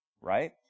right